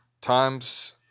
times